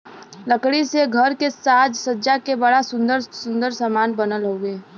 लकड़ी से घर के साज सज्जा के बड़ा सुंदर सुंदर समान बनत हउवे